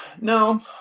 no